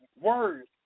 words